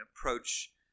approach